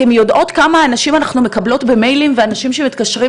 אתן יודעות כמה פניות מאנשים אנחנו מקבלות במיילים ואנשים שמתקשרים